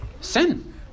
sin